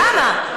למה?